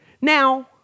Now